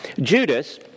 Judas